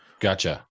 gotcha